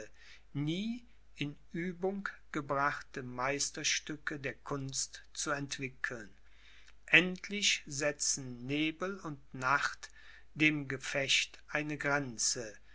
nie in uebung gebrachte meisterstücke der kunst zu entwickeln endlich setzen nebel und nacht dem gefecht eine grenze